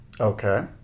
Okay